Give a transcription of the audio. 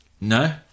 No